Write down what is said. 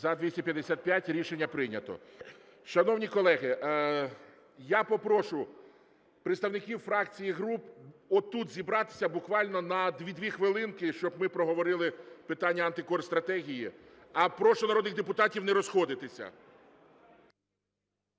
За-255 Рішення прийнято. Шановні колеги, я попрошу представників фракцій і груп отут зібратися буквально на 2 хвилинки, щоб ми проговорили питання антикорстратегії. Прошу народних депутатів не розходитися.